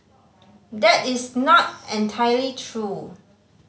that is not entirely true